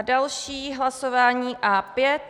Další hlasování A5.